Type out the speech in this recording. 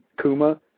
Kuma